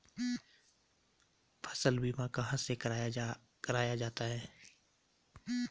फसल बीमा कहाँ से कराया जाता है?